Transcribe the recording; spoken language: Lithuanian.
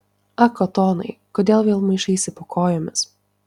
ak otonai kodėl vėl maišaisi po kojomis